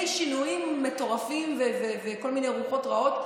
שינויים מטורפים וכל מיני רוחות רעות,